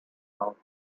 out